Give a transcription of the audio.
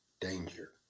danger